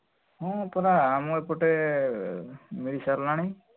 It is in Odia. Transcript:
ହଁ ପରା ଆମ ଏପଟେ ମିଳି ସାରିଲାଣି